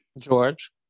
George